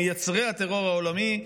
מייצרי הטרור העולמי,